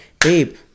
Babe